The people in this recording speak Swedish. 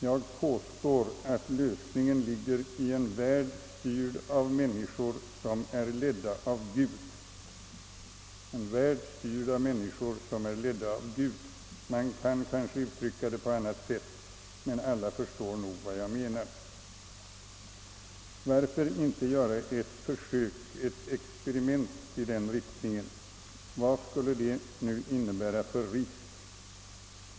Jag påstår att lösningen ligger i en värld styrd av människor som är ledda av Gud. Man kan kanske uttrycka det på annat sätt, men alla förstår nog vad jag menar. Varför inte göra ett försök, ett experiment i den riktningen? Vad skulle det innebära för risk?